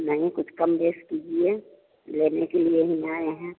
नहीं कुछ कम बेस कीजिए लेने के लिए ही ना आए हैं